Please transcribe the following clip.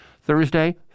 Thursday